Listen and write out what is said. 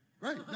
Right